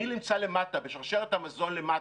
אני נמצא למטה, בשרשרת המזון למטה,